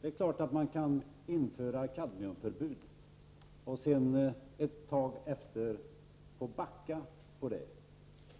Det är klart att man kan införa ett kadmiumförbud och sedan efter ett tag få backa från beslutet.